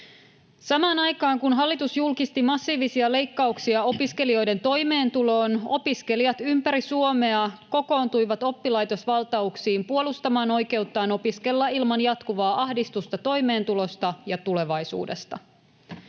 Samaan aikaan, kun hallitus julkisti massiivisia leikkauksia opiskelijoiden toimeentuloon, opiskelijat ympäri Suomea kokoontuivat oppilaitosvaltauksiin puolustamaan oikeuttaan opiskella ilman jatkuvaa ahdistusta toimeentulosta ja tulevaisuudesta.